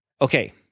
Okay